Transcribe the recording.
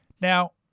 Now